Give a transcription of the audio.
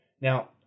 Now